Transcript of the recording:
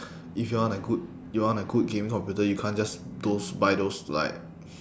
if you want a good you want a good gaming computer you can't just those buy those like